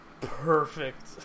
perfect